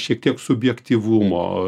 šiek tiek subjektyvumo